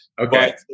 Okay